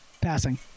Passing